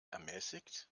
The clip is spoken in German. ermäßigt